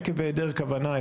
עקב היעדר כוונה,